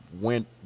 went